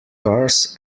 cars